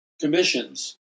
commissions